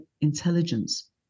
intelligence